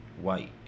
White